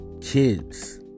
kids